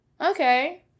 okay